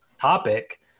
topic